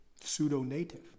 pseudo-native